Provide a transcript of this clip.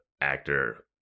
actor